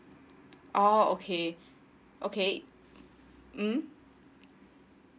oh okay okay mm